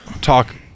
talk